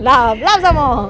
laugh laugh some more